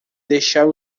deixar